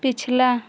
पिछला